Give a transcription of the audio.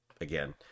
again